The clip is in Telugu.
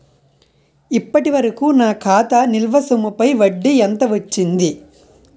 ఇప్పటి వరకూ నా ఖాతా నిల్వ సొమ్ముపై వడ్డీ ఎంత వచ్చింది?